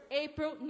April